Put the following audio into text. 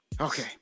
Okay